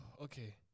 okay